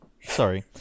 Sorry